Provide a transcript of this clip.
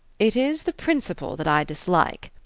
it is the principle that i dislike,